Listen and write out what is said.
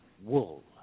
wool